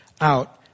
out